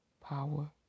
power